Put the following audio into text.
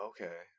Okay